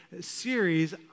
series